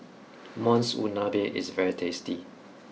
Monsunabe is very tasty